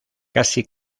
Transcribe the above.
casi